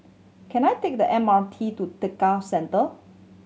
can I take the M R T to Tekka Center